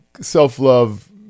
self-love